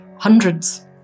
Hundreds